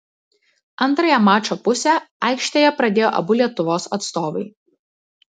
antrąją mačo pusę aikštėje pradėjo abu lietuvos atstovai